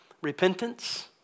repentance